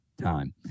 time